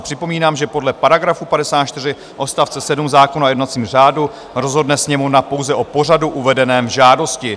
Připomínám, že podle § 54 odst. 7 zákona o jednacím řádu rozhodne Sněmovna pouze o pořadu uvedeném v žádosti.